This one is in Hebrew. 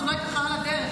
אז אולי ככה על הדרך,